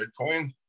Bitcoin